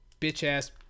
bitch-ass